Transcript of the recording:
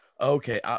Okay